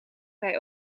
hij